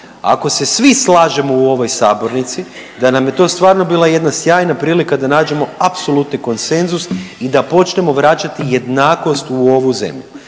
ako se svi slažemo u ovoj sabornici da nam je to stvarno bila jedna sjajna prilika da nađemo apsolutni konsenzus i da počnemo vraćati jednakost u ovu zemlju.